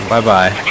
Bye-bye